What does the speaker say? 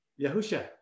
Yahusha